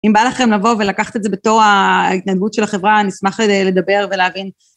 אם בא לכם לבוא ולקחת את זה בתור ההתנהגות של החברה אני אשמח לדבר ולהבין.